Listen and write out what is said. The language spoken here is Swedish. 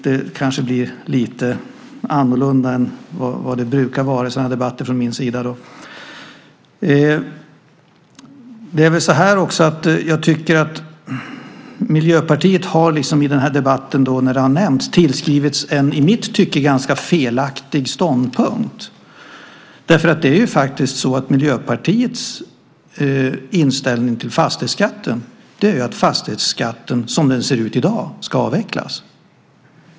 Det kanske blir lite annorlunda än vad det brukar vara i sådana här debatter från min sida. Miljöpartiet har i den här debatten tillskrivits en i mitt tycke ganska felaktig ståndpunkt. Det är faktiskt så att Miljöpartiets inställning till fastighetsskatten är att fastighetsskatten som den ser ut i dag ska avvecklas.